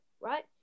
right